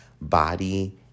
body